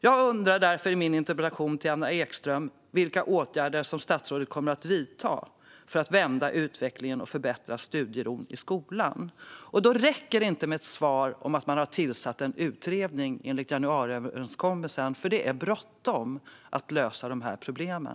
Jag undrar därför i min interpellation till Anna Ekström vilka åtgärder statsrådet kommer att vidta för att vända utvecklingen och förbättra studieron i skolan. Då räcker inte ett svar om att man har tillsatt en utredning enligt januariöverenskommelsen. Det är bråttom att lösa de här problemen.